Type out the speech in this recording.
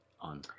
on